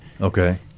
Okay